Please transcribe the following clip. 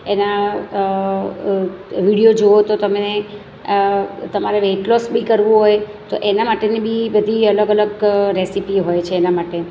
એના વિડીયો જોવો તો તમે તમારે વેટ લોસ બી કરવું હોય તો એના માટેની બી બધી અલગ અલગ રેસીપી હોય છે એના માટે